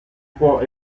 può